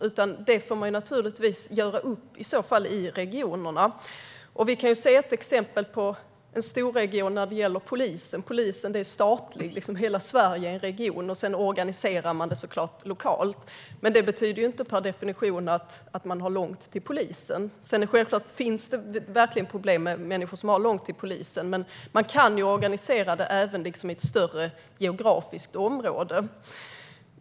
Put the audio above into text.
Det får man i så fall göra upp om i regionerna. Ett exempel på en storregion är polisen. Polisen är statlig. Hela Sverige är en region, och sedan organiserar man det såklart lokalt. Men det betyder ju inte per definition att det är långt till polisen. Det finns självklart människor som har långt till polisen, men man kan ju organisera den verksamheten i ett större geografiskt område.